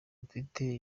mfite